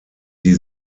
die